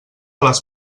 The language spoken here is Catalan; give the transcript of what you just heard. les